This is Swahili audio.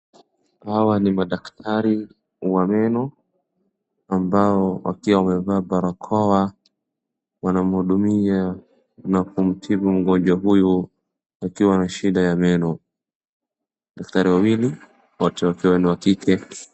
Hawa ni madaktari wa meno ambao wakiwa wamevaa barakoa wanamhudumia na kumtibu mgonjwa huyu akiwa na shida ya meno. Daktari wawili wote wakiwa ni wa kike.